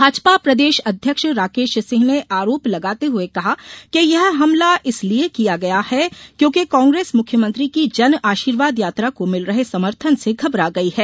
भाजपा प्रदेश अध्यक्ष राकेश सिंह ने आरोप लगाते हुए कहा कि ये हमला इस लिये किया गया है क्योंकि कांग्रेस मुख्यमंत्री की जनआशीर्वाद यात्रा को मिल रहे समर्थन से घबरा गयी है